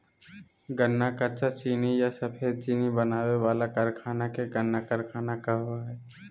गन्ना कच्चा चीनी या सफेद चीनी बनावे वाला कारखाना के गन्ना कारखाना कहो हइ